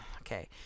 Okay